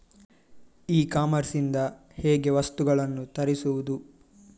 E commerce ಇಂದ ಹೇಗೆ ವಸ್ತುಗಳನ್ನು ತರಿಸುವುದು?